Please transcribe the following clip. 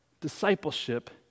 discipleship